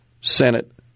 Senate